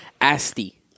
Asti